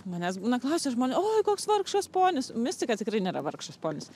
manęs būna klausia žmonės o koks vargšas ponis mistika tikrai nėra vargšas ponis